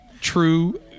true